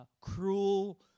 cruel